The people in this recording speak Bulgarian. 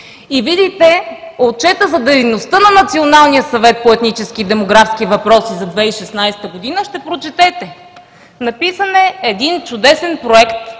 и видите Отчета за дейността на Националния съвет по етнически и демографски въпроси за 2016 г., ще прочетете – написан е един чудесен проект,